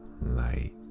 light